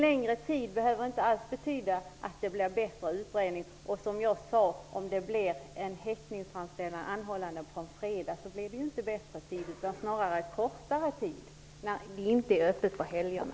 Längre tid behöver inte alls betyda att det blir en bättre utredning. Om det blir en häktningsframställning och anhållanden från fredagen så blir det ju inte bättre tid utan snarare kortare tid när det inte är öppet på helgerna.